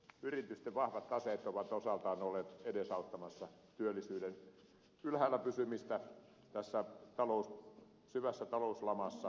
yritysten vahvat taseet ovat osaltaan olleet edesauttamassa työllisyyden ylhäällä pysymistä tässä syvässä talouslamassa